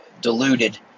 deluded